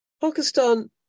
Pakistan